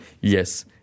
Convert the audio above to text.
Yes